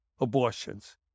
abortions